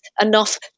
enough